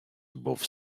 above